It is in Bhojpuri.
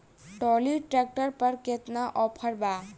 ट्राली ट्रैक्टर पर केतना ऑफर बा?